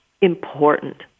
important